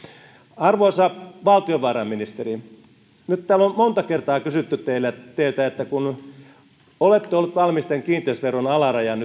arvoisa valtiovarainministeri nyt täällä on monta kertaa kysytty teiltä että kun olette ollut valmis tämän kiinteistöveron alarajan